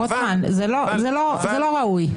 רוטמן, זה לא ראוי.